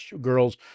girls